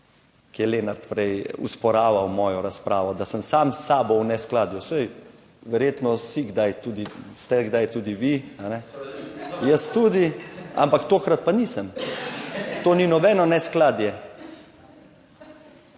ko je Lenart prej osporaval mojo razpravo, da sem sam s sabo v neskladju. Saj verjetno si kdaj tudi, ste kdaj tudi vi, jaz tudi, ampak tokrat pa nisem, to ni nobeno neskladje...